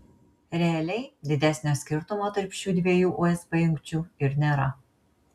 realiai didesnio skirtumo tarp šių dviejų usb jungčių ir nėra